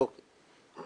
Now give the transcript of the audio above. אוקיי.